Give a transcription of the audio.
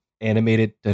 animated